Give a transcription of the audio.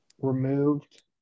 removed